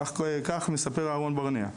כך מספר אהרון ברנע,